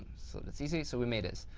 so that's easy. so, we made it.